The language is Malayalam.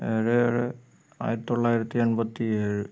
ഏഴ് ഏഴ് ആയിരത്തി തൊള്ളായിരത്തി അൻപത്തി ഏഴ്